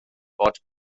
bod